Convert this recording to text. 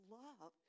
love